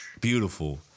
Beautiful